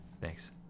Thanks